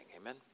amen